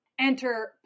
Enter